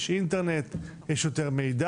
יש אינטרנט, יש יותר מידע,